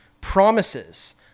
promises